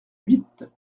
huit